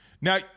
Now